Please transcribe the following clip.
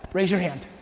raise your hand.